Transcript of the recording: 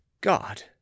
God